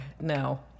no